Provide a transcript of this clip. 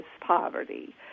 poverty